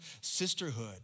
sisterhood